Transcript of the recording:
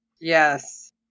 Yes